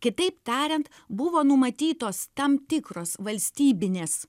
kitaip tariant buvo numatytos tam tikros valstybinės